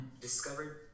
discovered